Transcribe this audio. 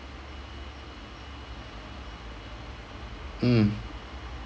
mm